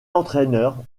entraîneur